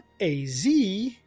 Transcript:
AZ